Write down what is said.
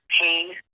pain